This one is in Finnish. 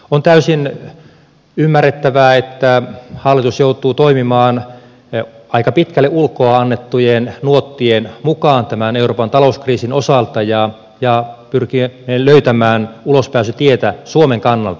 on täysin ymmärrettävää että hallitus joutuu toimimaan aika pitkälle ulkoa annettujen nuottien mukaan euroopan talouskriisin osalta ja pyrkii löytämään ulospääsytietä suomen kannalta